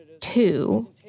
two